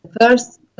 first